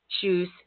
shoes